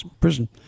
prison